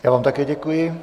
Já vám také děkuji.